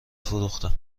فروختم